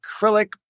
acrylic